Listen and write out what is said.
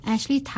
Ashley